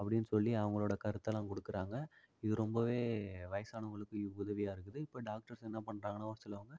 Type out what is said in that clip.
அப்படின்னு சொல்லி அவங்களோட கருத்தெல்லாம் கொடுக்கறாங்க இது ரொம்பவே வயசானவங்களுக்கு உதவியாக இருக்குது இப்போ டாக்டர்ஸ் என்ன பண்ணுறாங்கன்னா ஒரு சிலவங்க